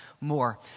more